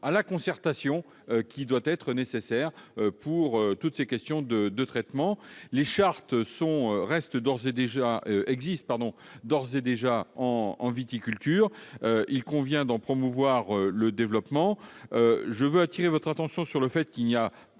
à la concertation, qui est nécessaire sur toutes les questions relatives aux traitements. Les chartes existent d'ores et déjà en viticulture. Il convient d'en promouvoir le développement. Je veux appeler votre attention sur le fait qu'il n'y a plus